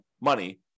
money